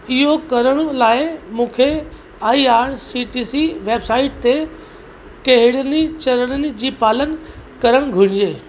इहो करण लाइ मूंखे I R C T C website ते कहिड़नि ई चरणनि जी पालन करणु घुरिजे